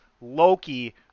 Loki